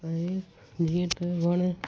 ऐं जीअं त वण